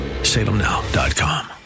Salemnow.com